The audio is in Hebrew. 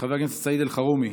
חבר הכנסת סעיד אלחרומי